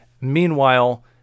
Meanwhile